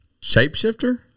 Shapeshifter